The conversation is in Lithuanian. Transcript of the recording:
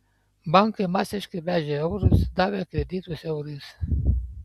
bankai masiškai vežė eurus davė kreditus eurais